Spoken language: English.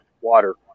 water